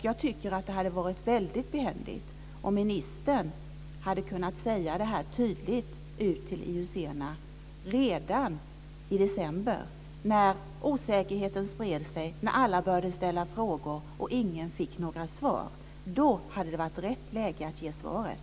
Jag tycker att det hade varit väldigt behändigt om ministern tydligt hade kunnat säga det här till IUC:na redan i december, när osäkerheten spred sig, när alla började ställa frågor och ingen fick några svar. Då hade det varit rätt läge att ge svaret.